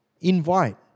invite